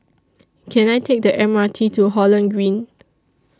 Can I Take The M R T to Holland Green